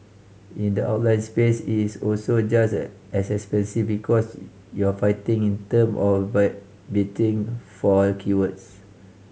in the outline space is also just as expensive because you're fighting in term of by bidding for keywords